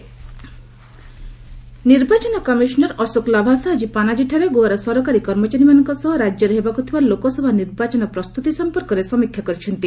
EC Goa ନିର୍ବାଚନ commissioner Ashok Lavasa ଆଜି ପାନାଜୀଠାରେ ଗୋଆର ସରକାରୀ କର୍ମଚାରୀମାନଙ୍କ ସହ ରାଜ୍ୟରେ ହେବାକୁ ଥିବା ଲୋକସଭା ନିର୍ବାଚନ ପ୍ରସ୍ତୁତି ସମ୍ପର୍କରେ ସମୀକ୍ଷା କରିଛନ୍ତି